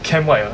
camp what ah